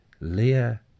leah